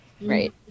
Right